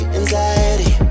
anxiety